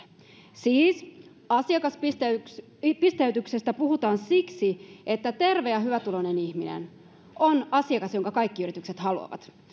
siis asiakaspisteytyksestä siis asiakaspisteytyksestä puhutaan siksi että terve ja hyvätuloinen ihminen on asiakas jonka kaikki yritykset haluavat